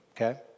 okay